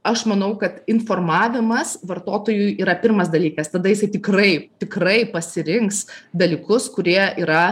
aš manau kad informavimas vartotojui yra pirmas dalykas tada jisai tikrai tikrai pasirinks dalykus kurie yra